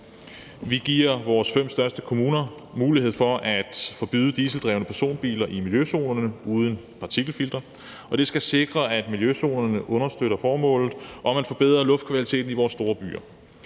Vi giver vores fem største kommuner mulighed for at forbyde dieseldrevne personbiler uden partikelfilter i miljøzonerne, og det skal sikre, at miljøzonerne understøtter formålet om at forbedre luftkvaliteten i vores store byer.